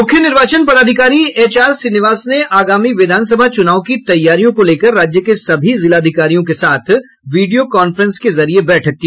मुख्य निर्वाचन पदाधिकारी एचआर श्रीनिवास ने आगामी विधानसभा चुनाव की तैयारियों को लेकर राज्य के सभी जिलाधिकारियों के साथ वीडियो कांफ्रेंस के जरिये बैठक की